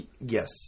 Yes